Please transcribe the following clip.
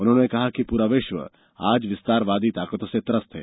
उन्होंने कहा कि पूरा विश्व आज विस्तारवादी ताकतों से त्रस्त है